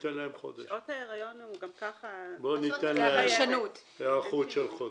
שעות ההיריון הוא גם ככה --- בוא ניתן להם היערכות של חודש.